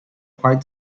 quite